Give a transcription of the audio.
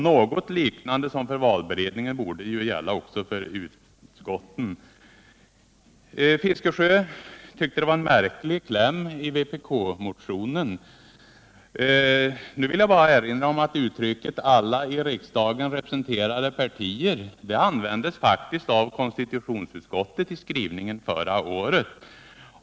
Något liknande som för valberedningen borde gälla också för utskotten. Herr Fiskesjö tyckte att vpk-motionen hade en märklig kläm. Jag vill bara erinra om att uttrycket ”alla i riksdagen representerade partier” faktiskt användes av konstitutionsutskottet i skrivningen förra året.